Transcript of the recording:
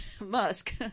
Musk